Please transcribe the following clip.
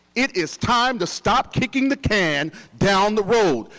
it is time to stop kicking the can down the road.